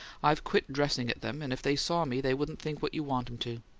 i've quit dressing at them, and if they saw me they wouldn't think what you want em to.